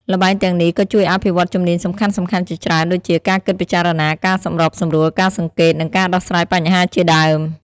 ល្បែងទាំងនេះក៏ជួយអភិវឌ្ឍជំនាញសំខាន់ៗជាច្រើនដូចជា ការគិតពិចារណា ការសម្របសម្រួល ការសង្កេត និងការដោះស្រាយបញ្ហាជាដើម។